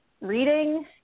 reading